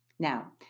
Now